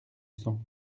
sang